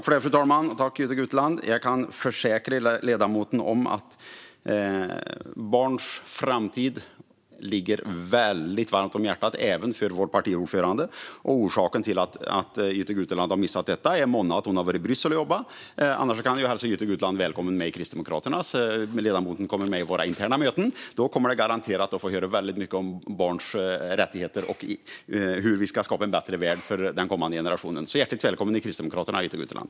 Fru talman! Jag kan försäkra ledamoten Jytte Guteland om att barns framtid ligger även vår partiordförande väldigt varmt om hjärtat. Orsaken till att Jytte Guteland har missat detta är månne att hon har varit i Bryssel och jobbat. Men jag kan hälsa Jytte Guteland välkommen med i Kristdemokraterna, så att ledamoten får vara med på våra interna möten. Då kommer hon garanterat att få höra väldigt mycket om barns rättigheter och om hur vi ska skapa en bättre värld för den kommande generationen. Hjärtligt välkommen till Kristdemokraterna, Jytte Guteland!